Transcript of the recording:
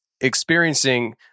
experiencing